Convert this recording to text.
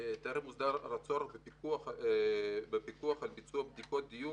וטרם הוסדר הצורך בפיקוח על ביצוע בדיקות דיוק